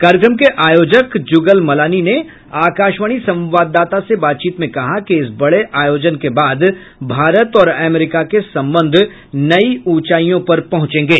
कार्यक्रम के आयोजक जुगल मलानी ने आकाशवाणी संवाददाता से बातचीत में कहा कि इस बड़े आयोजन के बाद भारत और अमरीका के संबंध नई ऊंचाई पर पहुंचेंगे